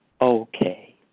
okay